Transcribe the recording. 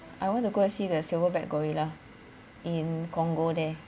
I want to go and see the silver back gorilla in congo there